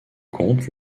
comte